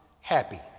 happy